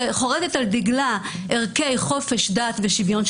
שחורתת על דגלה ערכי חופש דת ושוויון,